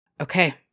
Okay